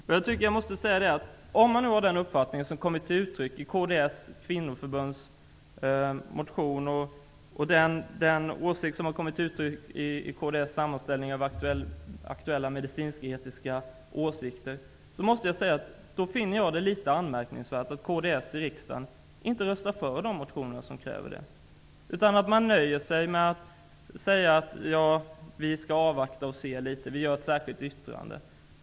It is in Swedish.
Om man delar den uppfattning som kommit till uttryck i kds kvinnoförbunds motioner, och i kds sammanställning av aktuella medicinsk--etiska åsikter, är det anmärkningsvärt att kds i riksdagen inte röstar för de motioner som kräver det. Man nöjer sig med att avvakta och se och avge ett särskilt yttrande.